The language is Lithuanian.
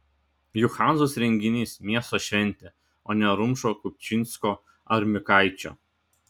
juk hanzos renginys miesto šventė o ne rumšo kupčinsko ar mikaičio